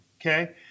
okay